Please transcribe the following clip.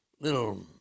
little